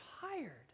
tired